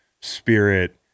spirit